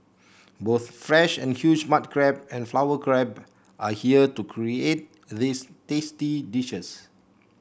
both fresh and huge mud crab and flower crab are here to create these tasty dishes